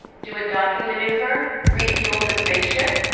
do a docking maneuver, refuel the spaceship,